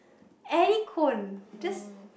any cone just